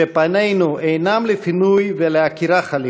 שפנינו אינן לפינוי ולעקירה, חלילה,